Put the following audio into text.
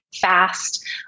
fast